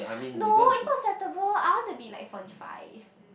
no it's not acceptable I want to be like forty five